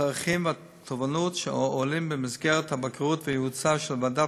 הצרכים והתובנות שעולים במסגרת הבקרות והייעוץ של ועדת